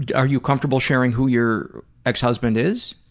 and are you comfortable sharing who your ex-husband is?